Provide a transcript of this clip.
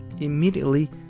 immediately